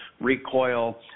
recoil